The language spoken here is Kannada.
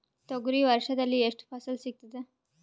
ತೊಗರಿ ವರ್ಷದಲ್ಲಿ ಎಷ್ಟು ಫಸಲ ಸಿಗತದ?